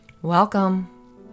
Welcome